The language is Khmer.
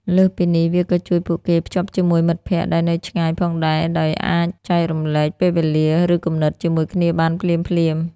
លើសពីនេះ វាក៏ជួយពួកគេ ភ្ជាប់ជាមួយមិត្តភក្ដិដែលនៅឆ្ងាយ ផងដែរ ដោយអាចចែករំលែកពេលវេលា ឬគំនិតជាមួយគ្នាបានភ្លាមៗ។